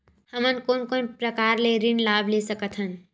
हमन कोन कोन प्रकार के ऋण लाभ ले सकत हन?